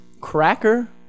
cracker